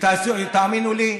ותאמינו לי,